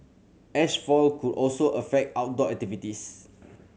ash fall could also affect outdoor activities